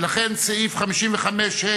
ולכן סעיף 53(ה)(2),